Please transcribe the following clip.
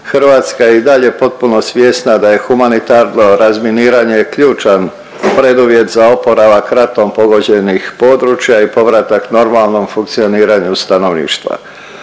Hrvatska je i dalje potpuno svjesna da je humanitarno razminiranje ključan preduvjet za oporavak ratom pogođenih područja i povratak normalnom funkcioniranju stanovništva.